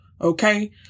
okay